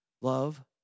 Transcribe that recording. Love